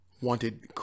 wanted